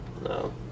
No